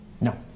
No